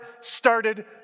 started